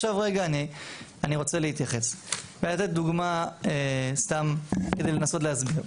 עכשיו אני רוצה להתייחס ולתת דוגמה כדי לנסות להסביר.